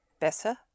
Besser